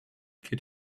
kid